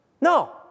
No